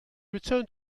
returned